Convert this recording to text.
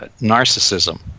narcissism